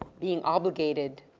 being obligated